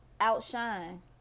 outshine